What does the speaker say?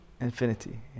Infinity